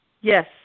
Yes